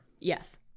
Yes